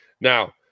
now